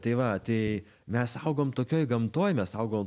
tai va tai mes augom tokioj gamtoj mes augom